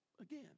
again